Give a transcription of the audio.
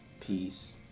peace